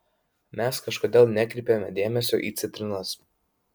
mes kažkodėl nekreipiame dėmesio į citrinas